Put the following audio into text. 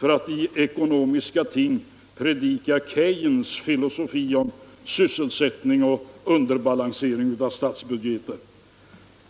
med att i ekonomiska ting predika Keynes filosofi om sysselsättning och underbalansering av statsbudgetar.